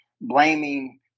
blaming